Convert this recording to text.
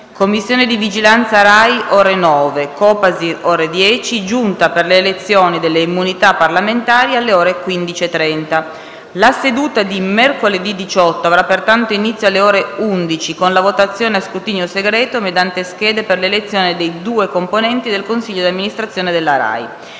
Commissione di vigilanza RAI, alle ore 9; Copasir, alle ore 10; Giunta delle elezioni e delle immunità parlamentari, alle ore 15,30. La seduta di mercoledì 18 avrà pertanto inizio alle ore 11, con la votazione a scrutinio segreto mediante schede per l'elezione di due componenti del consiglio di amministrazione della RAI.